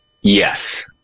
Yes